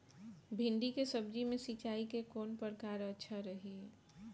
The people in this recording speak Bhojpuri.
भिंडी के सब्जी मे सिचाई के कौन प्रकार अच्छा रही?